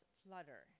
flutter